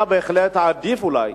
היה בהחלט עדיף אולי,